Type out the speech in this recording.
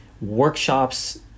workshops